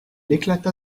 éclata